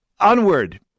Onward